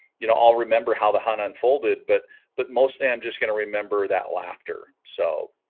you know i'll remember how the hunt unfolded but but mostly i'm just gonna remember that laughter so